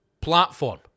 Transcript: platform